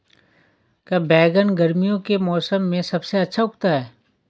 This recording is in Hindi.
क्या बैगन गर्मियों के मौसम में सबसे अच्छा उगता है?